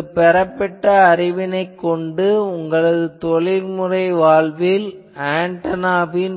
இங்கு பெற்ற அறிவினைக் கொண்டு உங்களது தொழில்முறை வாழ்வில் ஆன்டெனாவின்